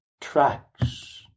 tracks